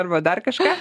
arba dar kažką